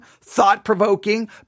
thought-provoking